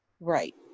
right